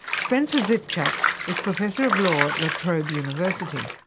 spencer zifcak is professor of law at la trobe university.